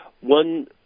one